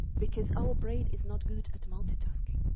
because our brain is not good at multitasking.